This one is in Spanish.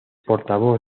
portavoz